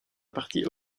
partie